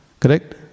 Correct